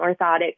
orthotic